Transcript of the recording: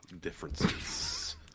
differences